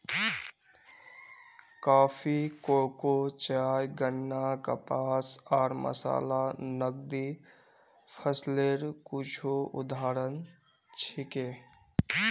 coffee, cocoa, चाय, गन्ना, कपास आर मसाला नकदी फसलेर कुछू उदाहरण छिके